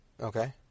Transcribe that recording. Okay